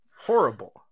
Horrible